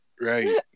Right